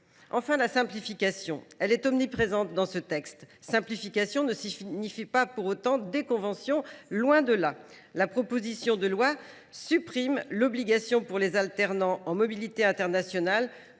Enfin, la simplification est omniprésente dans ce texte et elle ne signifie pas « déconvention », loin de là. Cette proposition de loi supprime l’obligation pour les alternants en mobilité internationale